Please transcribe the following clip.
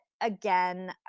again